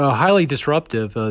ah highly disruptive.